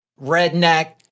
redneck